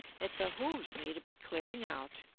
it behooves me to be clearing out,